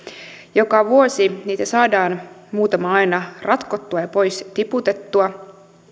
joka vuosi niitä saadaan muutama aina ratkottua ja pois tiputettua